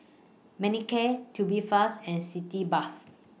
Manicare Tubifast and Sitz Bath